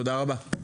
תודה רבה,